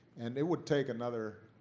and it would take another